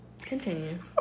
Continue